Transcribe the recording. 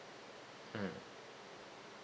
mm